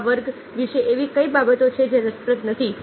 આ વર્ગ વિશે એવી કઈ બાબતો છે જે રસપ્રદ નથી